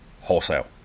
wholesale